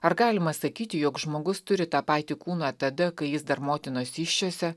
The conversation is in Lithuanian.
ar galima sakyti jog žmogus turi tą patį kūną tada kai jis dar motinos įsčiose